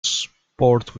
sport